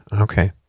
Okay